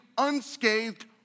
unscathed